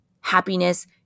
happiness